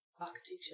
architecture